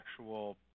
actual